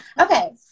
Okay